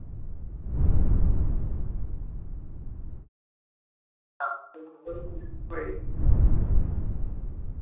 ऐ